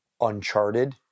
uncharted